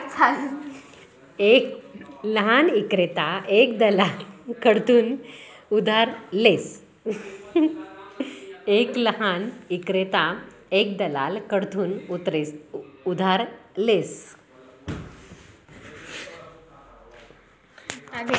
एक लहान ईक्रेता एक दलाल कडथून उधार लेस